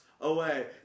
away